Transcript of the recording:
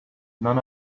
none